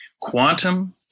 Quantum